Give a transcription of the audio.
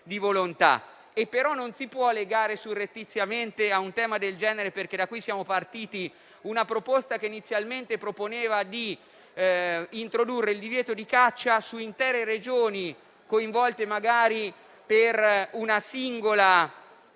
di volontà, e però non si può legare surrettiziamente a un tema del genere - perché da qui siamo partiti - una proposta che inizialmente proponeva di introdurre il divieto di caccia su intere Regioni coinvolte magari per una singola